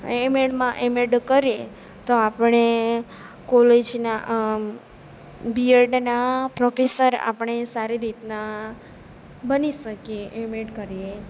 એમએડમાં M Ed કરીએ તો આપણે કોલેજના બીએડના પ્રોફેસર આપણે સારી રીતના બની શકીએ એમએડ કરીએ તો